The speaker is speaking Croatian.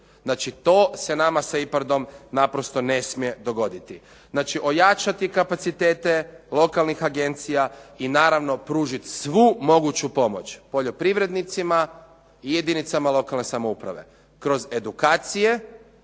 Znači to se nama sa IPARDOM naprosto ne smije dogoditi. Znači ojačati kapacitete lokalnih agencija i naravno pružiti svu moguću pomoć poljoprivrednicima i jedinicama lokalne samouprave. Kroz edukacije,